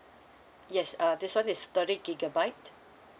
yes uh this one is thirty gigabyte